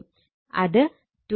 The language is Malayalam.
അത് 297